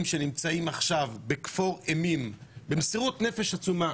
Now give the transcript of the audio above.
שנמצאים עכשיו בכפור אימים במסירות נפש עצומה